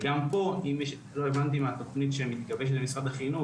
וגם פה לא הבנתי מהתכנית שמתגבשת במשרד החינוך,